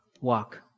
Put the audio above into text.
walk